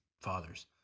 fathers